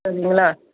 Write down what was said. சரிங்களா